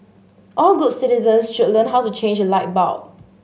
all good citizens should learn how to change a light bulb